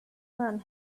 man